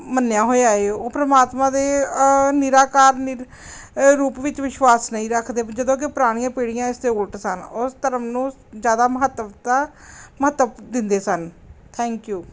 ਮੰਨਿਆ ਹੋਇਆ ਏ ਉਹ ਪਰਮਾਤਮਾ ਦੇ ਨਿਰਾਕਾਰ ਨਿਰ ਰੂਪ ਵਿੱਚ ਵਿਸ਼ਵਾਸ ਨਹੀਂ ਰੱਖਦੇ ਜਦੋਂ ਕਿ ਪੁਰਾਣੀਆਂ ਪੀੜ੍ਹੀਆਂ ਇਸ ਦੇ ਉਲਟ ਸਨ ਉਸ ਧਰਮ ਨੂੰ ਜ਼ਿਆਦਾ ਮਹੱਤਵਤਾ ਮਹੱਤਵ ਦਿੰਦੇ ਸਨ ਥੈਂਕ ਯੂ